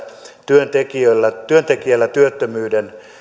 työntekijällä työntekijällä työttömyyden